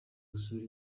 gusura